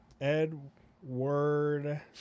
Edward